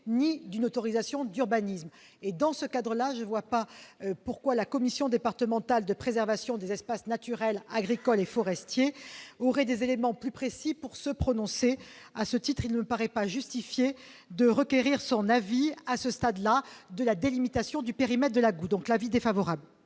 ni d'une autorisation d'urbanisme. Dans ce cadre, je ne vois pas pourquoi la commission départementale de la préservation des espaces naturels, agricoles et forestiers disposerait d'éléments plus précis pour se prononcer. Il ne paraît pas justifié de requérir son avis au moment de la délimitation du périmètre de la GOU. Par conséquent, la